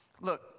Look